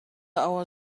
hour